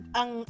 ang